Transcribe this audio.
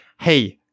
Hey